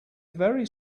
very